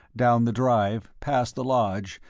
down the drive, past the lodge,